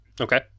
Okay